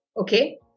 Okay